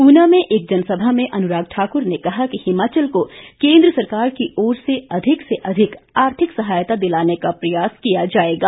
ऊना में एक जनसभा में अनुराग ठाकुर ने कहा कि हिमाचल को केंद्र सरकार की ओर से अधिक से अधिक आर्थिक सहायता दिलाने का प्रयास किया जाएगा